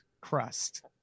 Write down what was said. crust